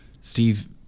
Steve